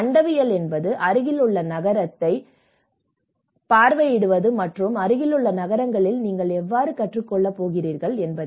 அண்டவியல் என்பது அருகிலுள்ள நகரத்தைப் பார்வையிடுவது மற்றும் அருகிலுள்ள நகரங்களிலிருந்து நீங்கள் எவ்வாறு கற்றுக்கொள்வது போன்றது